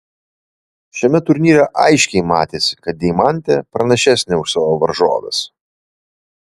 šiame turnyre aiškiai matėsi kad deimantė pranašesnė už savo varžoves